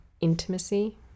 intimacy